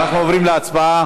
אנחנו עוברים להצבעה.